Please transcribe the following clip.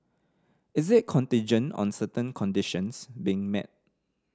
is it contingent on certain conditions being met